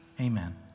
Amen